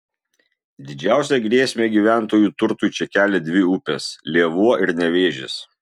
didžiausią grėsmę gyventojų turtui čia kelia dvi upės lėvuo ir nevėžis